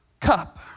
cup